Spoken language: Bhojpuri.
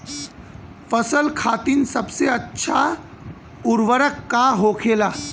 फसल खातीन सबसे अच्छा उर्वरक का होखेला?